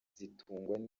zitungwa